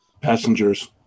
Passengers